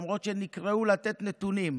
למרות שהם נקראו לתת נתונים,